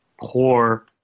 poor